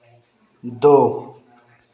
दो